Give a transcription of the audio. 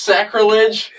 Sacrilege